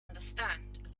understand